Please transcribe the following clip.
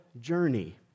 journey